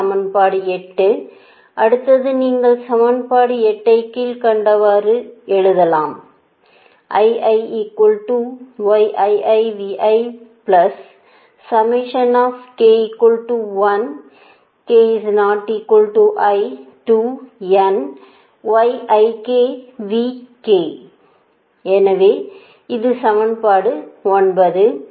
இது சமன்பாடு 8 அடுத்தது நீங்கள் சமன்பாடு 8 ஐ கீழ்க்கண்டவாறு எழுதலாம் இது சமன்பாடு 9